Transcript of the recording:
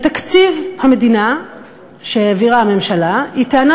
בתקציב המדינה שהעבירה הממשלה היא טענה